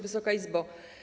Wysoka Izbo!